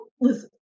listen